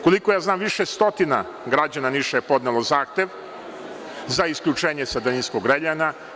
Koliko ja znam, više stotina građana Niša je podnelo zahtev za isključenje sa daljinskog grejanja.